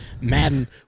Madden